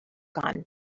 gone